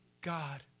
God